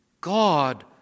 God